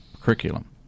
curriculum